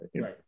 Right